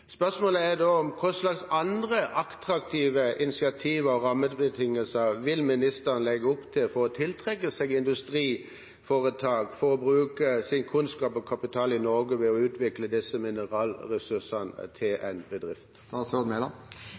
Spørsmålet er da: Hva slags andre attraktive incentiver og rammebetingelser vil ministeren legge opp til for å tiltrekke seg industriforetak som kan bruke sin kunnskap og kapital i Norge til å utvikle disse mineralressursene i en bedrift?